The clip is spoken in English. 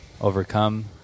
overcome